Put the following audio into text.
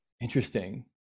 Interesting